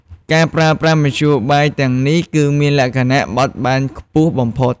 ការប្រើប្រាស់មធ្យោបាយទាំងនេះ គឺមានលក្ខណៈបត់បែនខ្ពស់បំផុត។